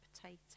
potato